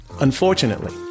Unfortunately